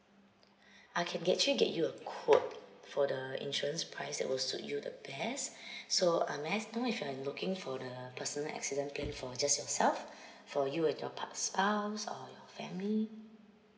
I can actually get you a quote for the insurance price that will suit you the best so uh may I know if you are looking for the personal accident plan for just yourself for you and your part~ spouse or your family